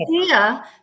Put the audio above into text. idea